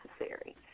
necessary